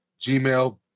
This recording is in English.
Gmail